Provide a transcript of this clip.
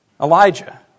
Elijah